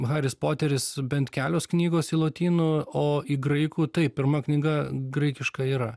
haris poteris bent kelios knygos į lotynų o į graikų taip pirma knyga graikiška yra